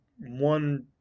one